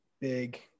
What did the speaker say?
big